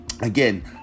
Again